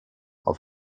auf